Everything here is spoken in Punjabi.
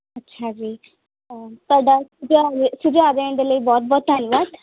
ਅੱਛਾ ਜੀ ਤੁਹਾਡਾ ਸੁਝਾਅ ਸੁਝਾਅ ਦੇਣ ਦੇ ਲਈ ਬਹੁਤ ਬਹੁਤ ਧੰਨਵਾਦ